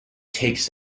takes